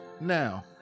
now